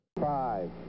Five